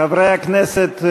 חברי הכנסת,